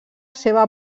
seva